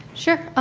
sure.